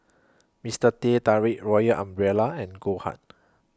Mister Teh Tarik Royal Umbrella and Goldheart